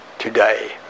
today